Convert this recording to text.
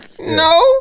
No